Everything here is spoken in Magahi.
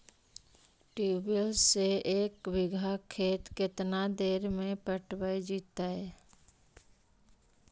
ट्यूबवेल से एक बिघा खेत केतना देर में पटैबए जितै?